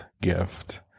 gift